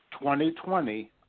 2020